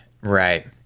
right